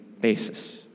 basis